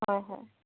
হয় হয়